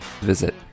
visit